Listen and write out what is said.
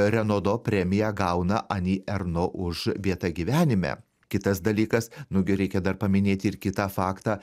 renodo premiją gauna ani erno už vietą gyvenime kitas dalykas nu gi reikia dar paminėti ir kitą faktą